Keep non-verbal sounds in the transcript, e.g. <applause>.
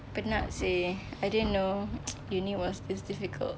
penat seh I didn't know <noise> uni was this difficult